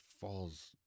falls